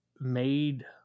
made